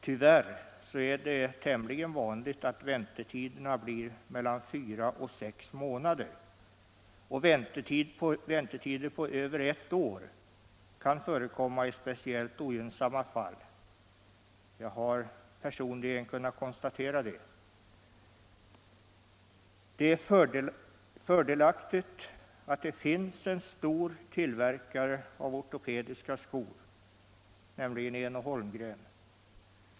Tyvärr är det tämligen vanligt att väntetiderna blir mellan fyra och sex månader, och väntetider på över ett år kan förekomma i speciellt ogynnsamma fall. Jag har personligen kunnat konstatera detta. Det är fördelaktigt att det finns en stor tillverkare av ortopediska skor, nämligen Een-Holmgren Ortopediska AB.